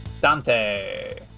Dante